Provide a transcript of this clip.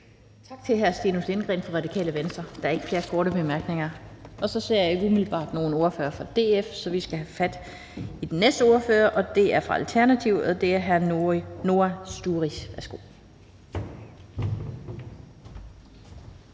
Tak til hr. Stinus Lindgreen fra Radikale Venstre. Der er ikke flere korte bemærkninger. Jeg ser ikke umiddelbart nogen ordfører fra DF, så vi skal have fat i den næste ordfører. Det er fra Alternativet, og det er hr. Noah Sturis. Værsgo.